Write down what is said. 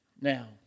Now